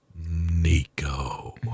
Nico